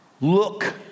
look